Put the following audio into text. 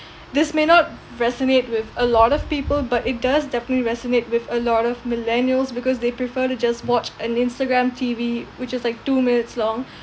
this may not resonate with a lot of people but it does definitely resonate with a lot of millennials because they prefer to just watch on instagram T_V which is like two minutes long